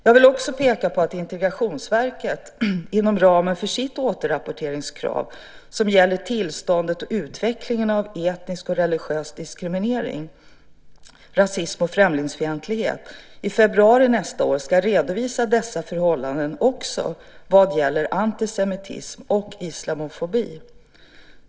Jag vill också peka på att Integrationsverket, inom ramen för sitt återrapporteringskrav vad gäller tillståndet och utvecklingen av etnisk och religiös diskriminering, rasism och främlingsfientlighet, i februari nästa år ska redovisa dessa förhållanden också vad gäller antisemitism och islamofobi.